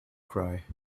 cry